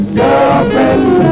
girlfriend